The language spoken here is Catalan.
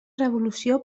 revolució